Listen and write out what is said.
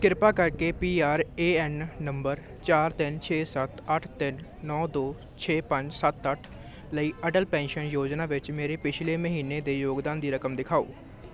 ਕਿਰਪਾ ਕਰਕੇ P R A N number ਚਾਰ ਤਿੰਨ ਛੇ ਸੱਤ ਅੱਠ ਤਿੰਨ ਨੌਂ ਦੋ ਛੇ ਪੰਜ ਸੱਤ ਅੱਠ ਲਈ ਅਟਲ ਪੈਨਸ਼ਨ ਯੋਜਨਾ ਵਿੱਚ ਮੇਰੇ ਪਿਛਲੇ ਮਹੀਨੇ ਦੇ ਯੋਗਦਾਨ ਦੀ ਰਕਮ ਦਿਖਾਓ